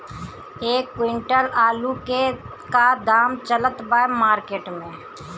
एक क्विंटल आलू के का दाम चलत बा मार्केट मे?